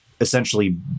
essentially